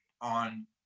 on